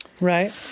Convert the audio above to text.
Right